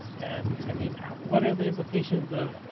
and i mean and what are the implications of,